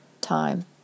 time